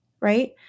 right